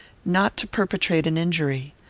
not to perpetrate an injury.